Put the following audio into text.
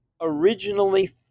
originally